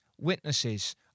witnesses